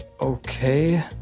Okay